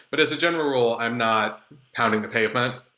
but as a general rule, i'm not pounding the pavement.